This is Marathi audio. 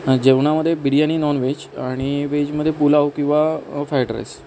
जेवणामध्ये बिर्याणी नॉनवेज आणि वेजमध्ये पुलाव किवा फ्राईड राईस